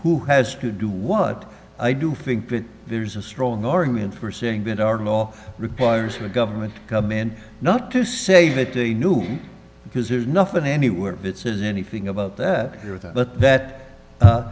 who has to do what i do think that there's a strong argument for saying that our law requires the government command not to say that the new because there's nothing anywhere it says anything about that but that